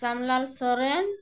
Somlal Soren